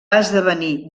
esdevenir